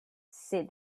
said